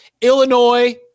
Illinois